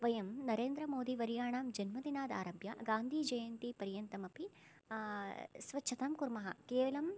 वयं नरेन्द्रमोदीवर्याणां जन्मदिनादारभ्य गान्धीजयन्तीपर्यन्तमपि स्वच्छतां कुर्मः केवलं